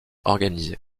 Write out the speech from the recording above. organisée